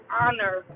honor